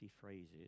phrases